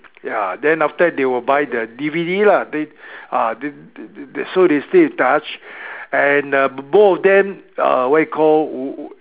ya then after that they will buy the D_V_D lah then ah so they stay in touch and uh both of them uh what you call